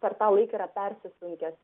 per tą laiką yra persismelkęs